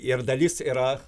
ir dalis yra